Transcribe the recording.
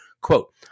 Quote